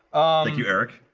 you eric,